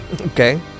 Okay